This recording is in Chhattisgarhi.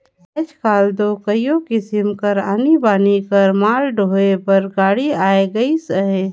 आएज काएल दो कइयो किसिम कर आनी बानी कर माल डोहे बर गाड़ी आए गइस अहे